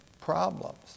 problems